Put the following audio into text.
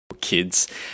kids